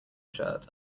shirt